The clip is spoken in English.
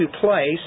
place